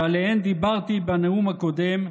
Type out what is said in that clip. שעליהן דיברתי בנאום הקודם,